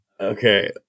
Okay